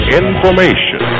information